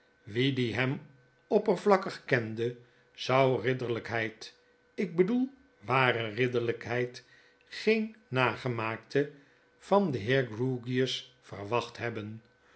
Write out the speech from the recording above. wie die hem oppervlakkig kende zou ridderlykheid ik bedoel ware ridderlijkheid geen nagemaakte van den heer grewgious verwacht hebben